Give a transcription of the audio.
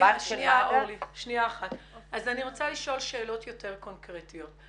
אני רוצה לשאול שאלות יותר קונקרטיות.